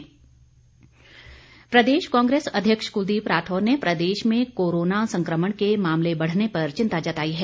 राठौर प्रदेश कांग्रेस अध्यक्ष कुलदीप राठौर ने प्रदेश में कोरोना संकमण के मामले बढ़ने पर चिंता जताई है